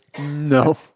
No